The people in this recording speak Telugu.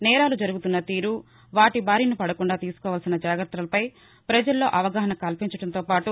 నేరాలు జరుగుతున్న తీరు వాటి బారిన పదకుండా తీసుకోవాల్సిన జాగత్తలపై ప్రజల్లో అవగాహన కల్పించడంతోపాటు